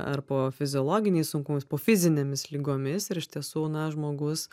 ar po fiziologiniais sunkumais po fizinėmis ligomis ir iš tiesų na žmogus